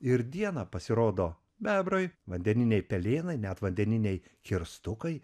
ir dieną pasirodo bebrai vandeniniai pelėnai net vandeniniai kirstukai